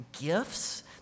gifts